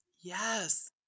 Yes